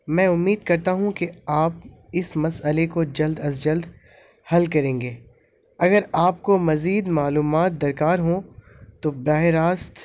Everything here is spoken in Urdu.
میں امید کرتا ہوں کہ آپ اس مسئلے کو جلد از جلد حل کریں گے اگر آپ کو مزید معلومات درکار ہوں تو براہراست